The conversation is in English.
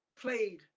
played